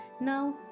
Now